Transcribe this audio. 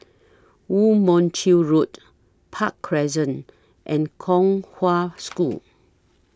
Woo Mon Chew Road Park Crescent and Kong Hwa School